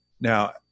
now